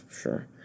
Sure